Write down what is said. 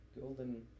Golden